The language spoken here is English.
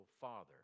father